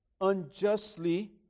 unjustly